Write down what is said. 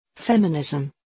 Feminism